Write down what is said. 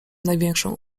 największą